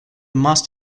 most